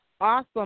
Awesome